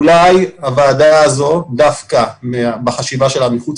אולי הוועדה הזאת דווקא בחשיבה שלה מחוץ